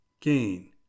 gain